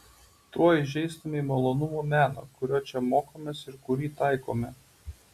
tuo įžeistumei malonumų meną kurio čia mokomės ir kurį taikome